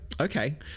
okay